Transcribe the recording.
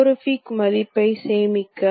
வட்டத்தை நீங்கள் இப்படியும் வரையலாம்